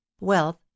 wealth